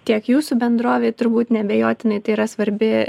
tiek jūsų bendrovė turbūt neabejotinai tai yra svarbi